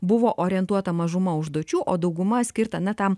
buvo orientuota mažuma užduočių o dauguma skirta na tam